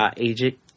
Agent